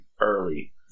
early